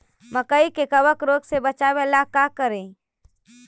मकई के कबक रोग से बचाबे ला का करि?